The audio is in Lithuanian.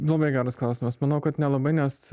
labai geras klausimas manau kad nelabai nes